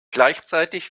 gleichzeitig